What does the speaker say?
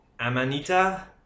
Amanita